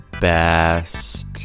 best